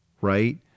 right